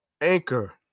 Anchor